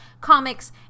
comics